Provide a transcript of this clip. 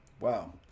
Wow